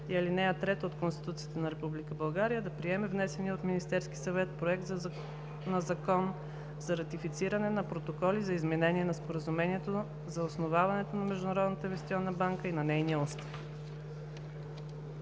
и 8 и ал. 3 от Конституцията на Република България, да приеме внесения от Министерския съвет Проект за Закон за ратифициране на Протоколи за изменение на Споразумението за основаването на Международната инвестиционна банка и на нейния устав.“